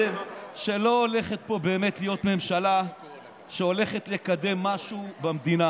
שלא הולכת פה באמת להיות ממשלה שהולכת לקדם משהו במדינה.